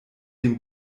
dem